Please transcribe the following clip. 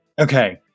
Okay